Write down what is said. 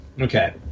okay